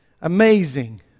Amazing